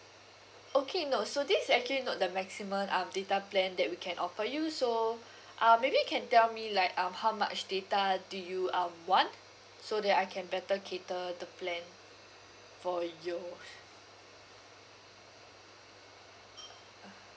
okay no so this is actually not the maximum um data plan that we can offer you so uh maybe you can tell me like um how much data do you um want so that I can better cater the plan for your uh